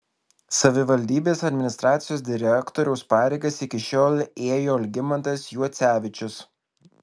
savivaldybės administracijos direktoriaus pareigas iki šiol ėjo algimantas juocevičius